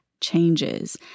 changes